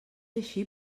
així